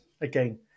again